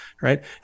right